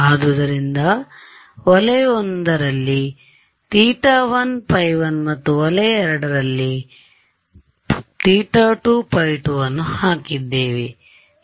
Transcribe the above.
ಆದ್ದರಿಂದ ವಲಯ I ದಲ್ಲಿ θ1 ϕ1 ಮತ್ತು ವಲಯ II ರಲ್ಲಿ θ2 ϕ2 ಅನ್ನು ಹಾಕಿದ್ದೇನೆ